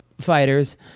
fighters